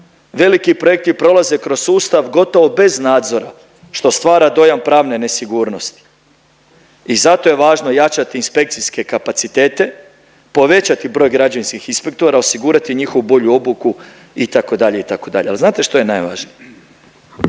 veliki projekti prolaze kroz sustav gotovo bez nadzora što stvara dojam pravne nesigurnosti. I zato je važno jačati inspekcijske kapacitete, povećati broj građevinskih inspektora, osigurati njihovu bolju obuku itd., itd. Al znate što je najvažnije?